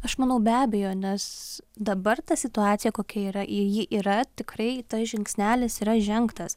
aš manau be abejo nes dabar ta situacija kokia yra ir ji yra tikrai tas žingsnelis yra žengtas